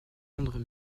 londres